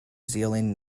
zealand